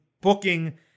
booking